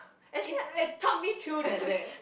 is eh talk me through the day